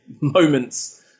moments